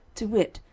to wit,